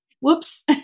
Whoops